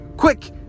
Quick